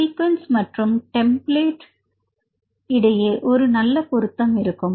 sequence மற்றும் template இடையே ஒரு நல்ல பொருத்தம் இருக்கும்